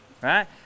Right